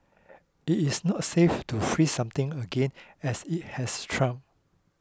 it is not safe to freeze something again as it has thawed